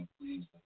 please